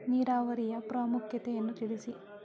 ನೀರಾವರಿಯ ಪ್ರಾಮುಖ್ಯತೆ ಯನ್ನು ತಿಳಿಸಿ?